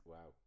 Wow